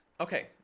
Okay